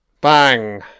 Bang